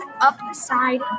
upside